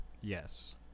Yes